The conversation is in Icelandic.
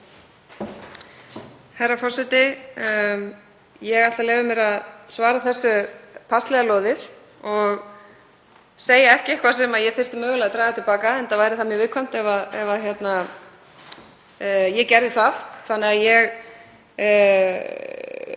Herra forseti. Ég ætla að leyfa mér að svara þessu passlega loðið og segja ekki neitt sem ég þyrfti mögulega draga til baka, enda væri það mjög viðkvæmt ef ég gerði það. Þannig að ég